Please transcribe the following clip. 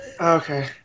Okay